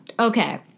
Okay